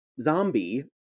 zombie